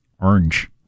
Orange